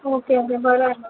okay okay बरं आहे मग